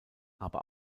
aber